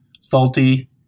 salty